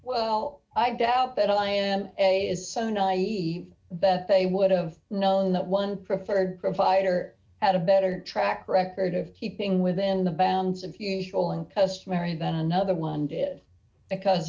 well i doubt that i am a is so naive that they would have known that one preferred provider at a better track record of keeping within the bounds of usual and customary then another one because